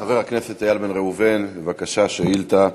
חבר הכנסת איל בן ראובן, בבקשה, שאילתה.